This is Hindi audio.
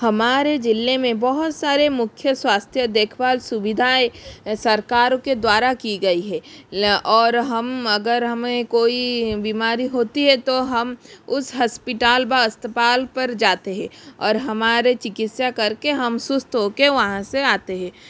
हमारे जिले में बहुत सारे मुख्य स्वास्थ्य देखभाल सुविधाएं सरकारों के द्वारा की गई है और हम अगर हमें कोई बीमारी होती है तो हम उस हस्पिटाल बास्पताल पर जाते हैं और हमारे चिकित्सा करके हम स्वस्थ होके वहाँ से आते हैं